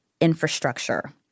infrastructure